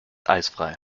eisfrei